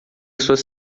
suas